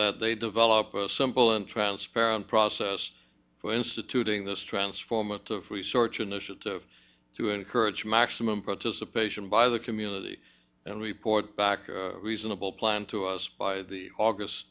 that they develop a simple and transparent process for instituting this transformative research initiative to encourage maximum participation by the community and report back reasonable plan to us by the august